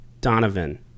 Donovan